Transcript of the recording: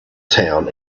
town